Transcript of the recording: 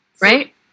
Right